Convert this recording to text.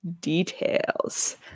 details